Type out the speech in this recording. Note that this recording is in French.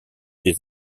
des